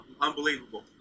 Unbelievable